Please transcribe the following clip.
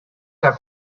have